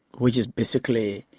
which is basically.